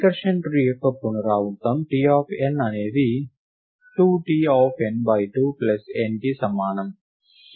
recursion tree యొక్క పునరావృతం T of n అనేది 2 T n 2 nకి సమానం